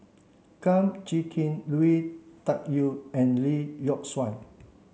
Kum Chee Kin Lui Tuck Yew and Lee Yock Suan